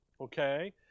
Okay